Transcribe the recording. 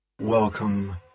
Welcome